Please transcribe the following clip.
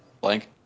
blank